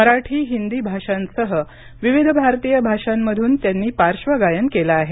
मराठी हिंदी भाषांसह विविध भारतीय भाषांमधून त्यांनी पार्श्वगायन केलं आहे